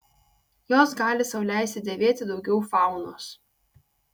jos gali sau leisti dėvėti daugiau faunos